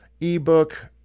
ebook